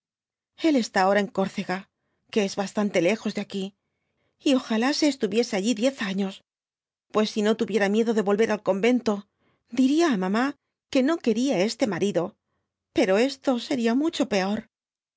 el está ahora en córcega que es bastante lejos de aqu y ojala se estuviese allí diez años pues si no tubiera miedo de volver al convento diría á mamá que no quería este marido pero esto seria mucho peor